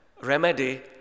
remedy